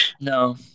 No